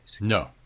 No